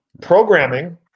Programming